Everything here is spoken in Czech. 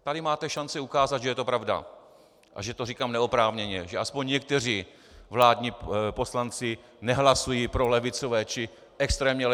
Tady máte šanci ukázat, že je to pravda a že to říkám neoprávněně, že aspoň někteří vládní poslanci nehlasují pro levicové či extrémně levicové návrhy.